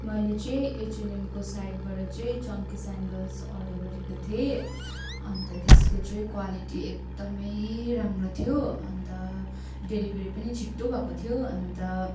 मैले चाहिँ एचएनएमको साइटबाट चाहिँ चङ्ग्की स्यान्डल्स अर्डर गरेको थिएँ अन्त त्यसको चाहिँ क्वालिटी एकदमै राम्रो थियो अन्त डेलिभेरी पनि छिट्टो भएको थियो अन्त